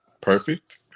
perfect